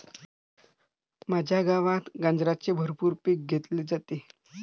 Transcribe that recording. माझ्या गावात गांजाचे भरपूर पीक घेतले जाते